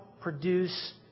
produce